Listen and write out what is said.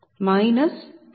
029 7027